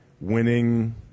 winning